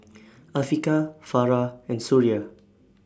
Afiqah Farah and Suria